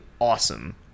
awesome